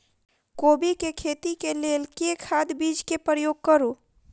कोबी केँ खेती केँ लेल केँ खाद, बीज केँ प्रयोग करू?